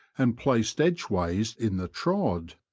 and placed edgeways in the trod.